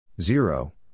Zero